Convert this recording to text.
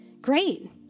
Great